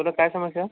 बोला काय समस्या